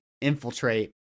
infiltrate